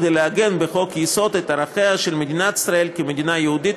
כדי לעגן בחוק-יסוד את ערכיה של מדינת ישראל כמדינה יהודית